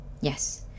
Yes